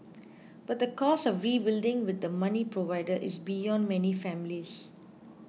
but the cost of rebuilding with the money provided is beyond many families